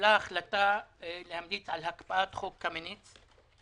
קיבלה החלטה להמליץ על הקפאת חוק קמיניץ.